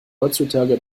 heutzutage